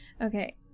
Okay